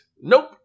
Nope